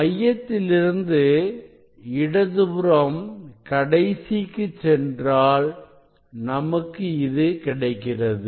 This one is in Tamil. மையத்திலிருந்து இடது புறம் கடைசிக்கு சென்றால் நமக்கு இது கிடைக்கிறது